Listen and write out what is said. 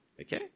Okay